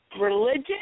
Religion